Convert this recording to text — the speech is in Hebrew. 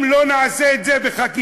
אם לא נעשה את זה בחקיקה,